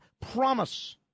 Promise